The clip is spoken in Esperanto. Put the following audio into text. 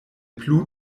plu